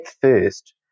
first